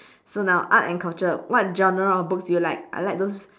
so now art and culture what genre of books do you like I like those